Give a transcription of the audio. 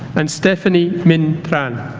and stephanie minh tran